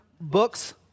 books